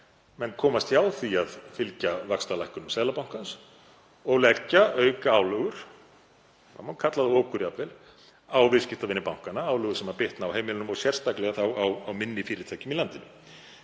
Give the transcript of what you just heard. þeir komast hjá því að fylgja vaxtalækkunum Seðlabankans og leggja aukaálögur, það má jafnvel kalla það okur, á viðskiptavini bankanna, álögur sem bitna á heimilunum og sérstaklega á minni fyrirtækjum í landinu.